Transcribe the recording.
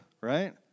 right